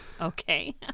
okay